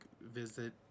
visit